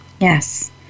Yes